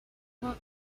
what